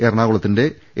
എറണാകുളത്തിന്റെ A